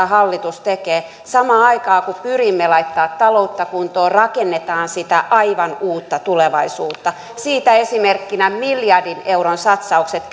hallitus näitä tekee samaan aikaan kun pyrimme laittamaan taloutta kuntoon rakennetaan sitä aivan uutta tulevaisuutta siitä esimerkkinä ovat miljardin euron satsaukset